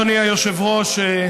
אדוני היושב-ראש,